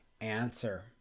answer